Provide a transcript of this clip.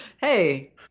Hey